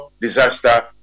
disaster